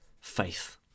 faith